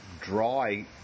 dry